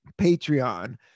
patreon